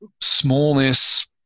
smallness